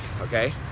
okay